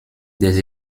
des